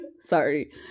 sorry